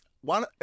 one